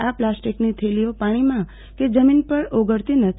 આ પ્લાસ્ટિકની થેલીઓ પાણીમાં કે જમીન પર ઓગળતી નથી